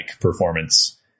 performance